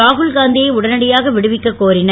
ராகுல் காந்தி யை உடனடியாக விடுவிக்கக் கோரினர்